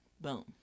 boom